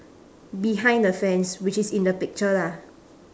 behind the fence which is in the picture lah